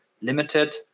limited